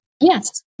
Yes